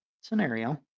scenario